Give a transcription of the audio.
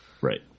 Right